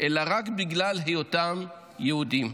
אלא רק בגלל היותם יהודים.